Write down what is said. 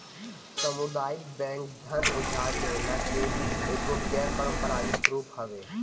सामुदायिक बैंक धन उधार देहला के एगो गैर पारंपरिक रूप हवे